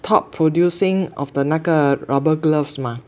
top producing of the 那个 rubber gloves 嘛